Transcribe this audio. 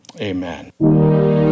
Amen